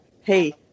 hey